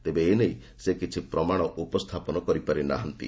ତେବେ ଏ ନେଇ ସେ କିଛି ପ୍ରମାଣ ଉପସ୍ଥାପନ କରିନାହାନ୍ତି